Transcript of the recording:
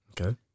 Okay